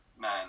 man